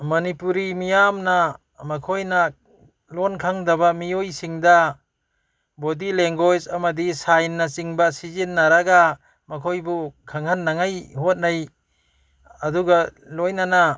ꯃꯅꯤꯄꯨꯔꯤ ꯃꯤꯌꯥꯝꯅ ꯃꯈꯣꯏꯅ ꯂꯣꯟ ꯈꯪꯗꯕ ꯃꯤꯑꯣꯏꯁꯤꯡꯗ ꯕꯣꯗꯤ ꯂꯦꯡꯒ꯭ꯋꯦꯖ ꯑꯃꯗꯤ ꯁꯥꯏꯟꯅꯆꯤꯡꯕ ꯁꯤꯖꯟꯅꯔꯒ ꯃꯈꯣꯏꯕꯨ ꯈꯪꯍꯟꯅꯉꯥꯏ ꯍꯣꯠꯅꯩ ꯑꯗꯨꯒ ꯂꯣꯏꯅꯅ